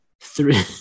Three